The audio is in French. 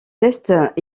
tests